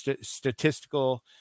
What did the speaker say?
statistical